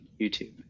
youtube